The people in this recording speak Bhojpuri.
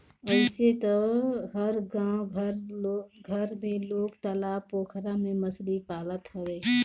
अइसे तअ हर गांव घर में लोग तालाब पोखरा में मछरी पालत हवे